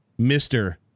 Mr